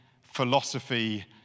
philosophy